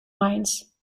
mines